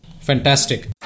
Fantastic